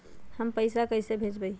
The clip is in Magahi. हम पैसा कईसे भेजबई?